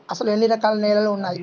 అసలు ఎన్ని రకాల నేలలు వున్నాయి?